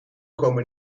komen